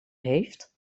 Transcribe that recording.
heeft